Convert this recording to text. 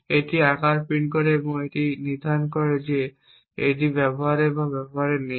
এটি আকার প্রিন্ট করে এবং এটি নির্ধারণ করে যে এটি ব্যবহারে আছে বা ব্যবহারে নেই